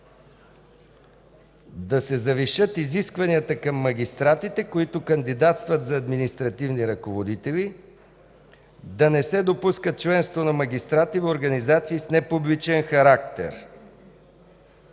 да се завишат изискванията към магистратите, които кандидатстват за административни ръководители; - да не се допуска членство на магистрати в организации с непубличен характер.